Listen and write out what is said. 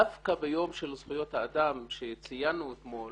דווקא ביום של זכויות האדם שציינו אתמול,